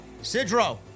Sidro